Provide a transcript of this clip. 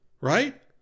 right